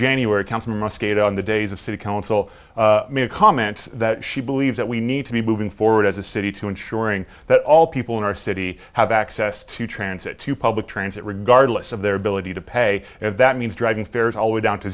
january comes from a skate on the days of city council made a comment that she believes that we need to be moving forward as a city to ensuring that all people in our city have access to transit to public transit regardless of their ability to pay and that means driving fares always down to